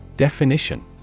Definition